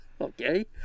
okay